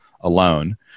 alone